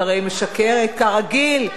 את הרי משקרת, כרגיל.